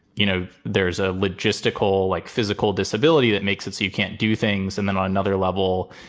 you know, there is a logistical like physical disability that makes it so you can't do things. and then on another level,